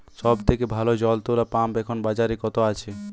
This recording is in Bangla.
সব থেকে ভালো জল তোলা পাম্প এখন বাজারে কত আছে?